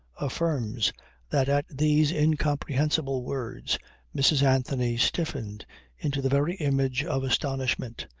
affirms that at these incomprehensible words mrs. anthony stiffened into the very image of astonishment,